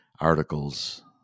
articles